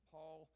Paul